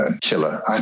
killer